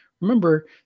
remember